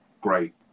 great